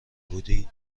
بودی